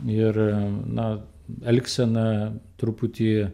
ir na elgsena truputį